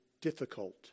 difficult